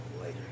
later